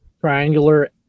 triangular